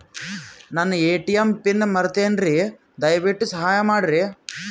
ನನ್ನ ATM PIN ಮರೆತೇನ್ರೀ, ದಯವಿಟ್ಟು ಸಹಾಯ ಮಾಡ್ರಿ